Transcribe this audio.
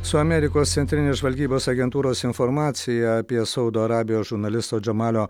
su amerikos centrinės žvalgybos agentūros informacija apie saudo arabijos žurnalisto džamalio